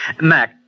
Mac